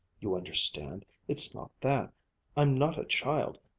you understand it's not that i'm not a child,